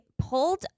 pulled